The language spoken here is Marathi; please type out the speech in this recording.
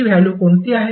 ही व्हॅल्यु कोणती आहेत